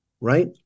right